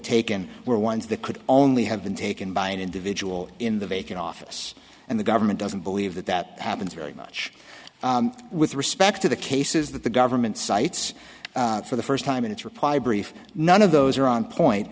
taken were ones that could only have been taken by an individual in the vacant office and the government doesn't believe that that happens very much with respect to the cases that the government cites for the first time in its reply brief none of those are on point